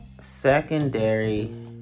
secondary